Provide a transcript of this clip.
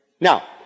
Now